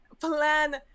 plan